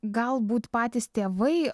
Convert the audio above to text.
galbūt patys tėvai